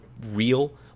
real